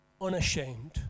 unashamed